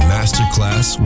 Masterclass